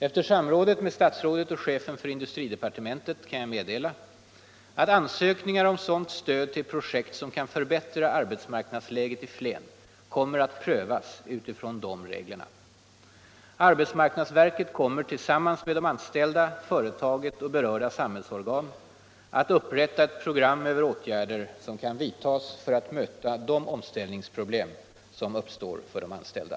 Efter samråd med statsrådet och chefen för industridepartementet kan jag meddela att ansökningar om sådant stöd till projekt som kan förbättra arbetsmarknadsläget i Flen kommer att prövas utifrån dessa regler. Arbetsmarknadsverket kommer tillsammans med de anställda, företaget och berörda samhällsorgan att upprätta ett program över åtgärder som kan vidtas för att möta de omställningsproblem som uppstår för de anställda.